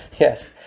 Yes